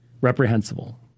reprehensible